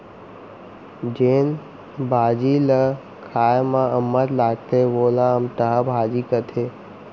जेन भाजी ल खाए म अम्मठ लागथे वोला अमटहा भाजी कथें